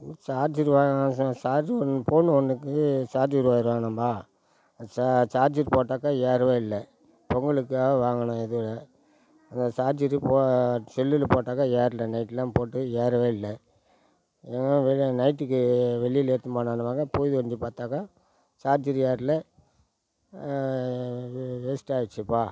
charger வாங்கினேன் sir charger phone phone ஒன்றுக்கு charger wire வாங்குனேன்ப்பா அந்த சார்ஜர் போட்டாக்கா ஏறவே இல்லை பொங்கலுக்காக வாங்கினேன் இதோட அதான் சார்ஜரு செல்லில் போட்டாக்கா ஏறல நைட்டுலாம் போட்டு ஏறவே இல்லை எங்கேனா வெளியில் நைட்டுக்கு வெளியில் எடுத்துட்டு போனால் இன்னுவாங்க பொழுது விடிஞ்சி பார்த்தக்கா சார்ஜரு ஏறல வேஸ்ட்டு ஆகிருச்சுப்பா